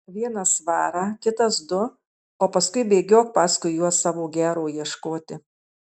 vienas svarą kitas du o paskui bėgiok paskui juos savo gero ieškoti